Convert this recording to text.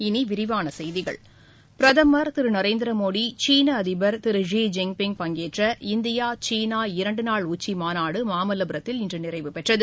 இனிவிரிவானசெய்கிகள் பிரதமர் திருநரேந்திரமோடி சீனஅதிபர் திரு ஷி ஜின்பிய் பங்கேற்ற இந்தியா சீனா இரண்டுநாள் உச்சிமாநாடுமாமல்லபுரத்தில் இன்றுநிறைவு பெற்றது